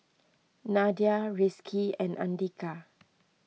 Nadia Rizqi and andika